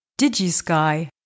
DigiSky